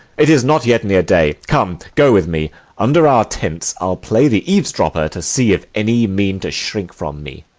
it is not yet near day. come, go with me under our tents i'll play the eaves-dropper, to see if any mean to shrink from me.